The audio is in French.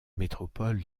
métropole